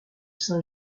saint